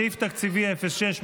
סעיף תקציבי 06,